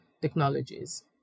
technologies